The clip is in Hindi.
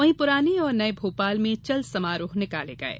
वहीं पुराने और नये भोपाल में चल समारोह निकाले गये